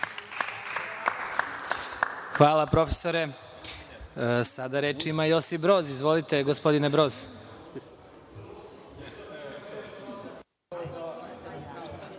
Hvala profesore. Sada reč ima Josip Broz. Izvolite, gospodine Broz.